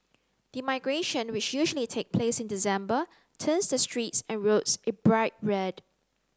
the migration which usually take place in December turns the streets and roads a bright red